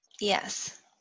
yes